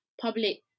public